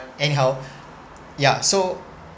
anyhow yeah so